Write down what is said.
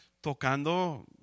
tocando